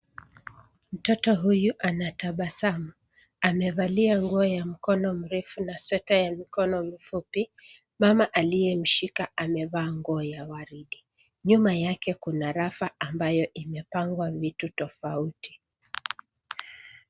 Mtoto huyu anatabasamu. Amevalia nguo ya mkono mrefu na sweta ya mikono mifupi. Mama aliyemshika amevaa nguo ya waridi. Nyuma yake kuna rafu ambayo imepangwa vitu tofauti.